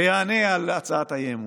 ויענה על הצעת האי-אמון,